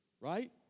Right